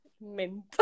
mint